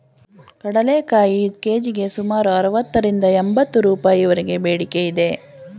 ಕಡಲೆಕಾಯಿ ಕೆ.ಜಿಗೆ ಸುಮಾರು ಅರವತ್ತರಿಂದ ಎಂಬತ್ತು ರೂಪಾಯಿವರೆಗೆ ಬೇಡಿಕೆ ಇದೆ